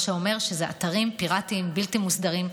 מה שאומר שזה אתרים פיראטיים, בלתי מוסדרים,